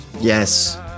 Yes